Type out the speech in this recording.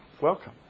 Welcome